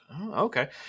Okay